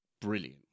brilliant